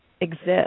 exist